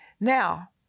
Now